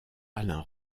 alain